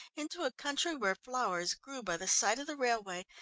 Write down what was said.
into a country where flowers grew by the side of the railway,